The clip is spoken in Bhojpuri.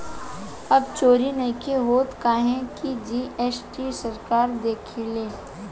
अब चोरी नइखे होत काहे की जी.एस.टी सरकार देखेले